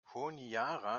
honiara